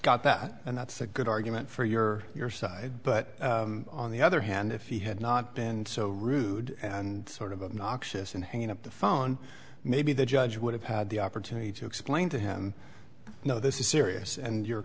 got that and that's a good argument for your your side but on the other hand if he had not been so rude and sort of noxious and hanging up the phone maybe the judge would have had the opportunity to explain to him you know this is serious and